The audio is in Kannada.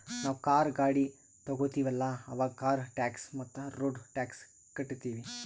ನಾವ್ ಕಾರ್, ಗಾಡಿ ತೊಗೋತೀವಲ್ಲ, ಅವಾಗ್ ಕಾರ್ ಟ್ಯಾಕ್ಸ್ ಮತ್ತ ರೋಡ್ ಟ್ಯಾಕ್ಸ್ ಕಟ್ಟತೀವಿ